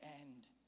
end